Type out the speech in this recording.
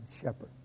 shepherd